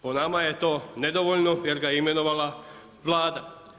Po nama je to nedovoljno jer ga je imenovala Vlada.